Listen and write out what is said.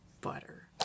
butter